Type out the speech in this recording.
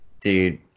Dude